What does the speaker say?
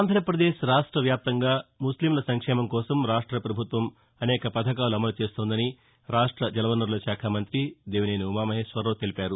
ఆంధ్రాపదేశ్ రాష్ట వ్యాప్తంగా ముస్లింల సంక్షేమం కోసం రాష్ట పభుత్వం అనేక పథకాలు అమలు చేస్తోందని రాష్ట జలవనరుల శాఖ మంత్రి దేవినేని ఉమామహేశ్వరావు తెలిపారు